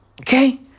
Okay